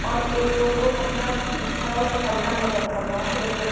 और एक लोग को मतलब थोड़ा बहुत हल्का मेकअप करना है जैसे